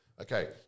okay